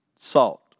salt